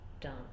done